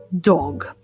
dog